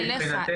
מבחינתנו,